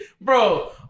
Bro